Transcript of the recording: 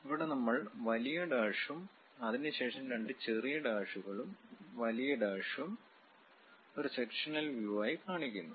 ഇവിടെ നമ്മൾ വലിയ ഡാഷും അതിനുശേഷം രണ്ട് ചെറിയ ഡാഷുകളും വലിയ ഡാഷും ഒരു സെക്ഷനൽ വ്യൂവായി കാണിക്കുന്നു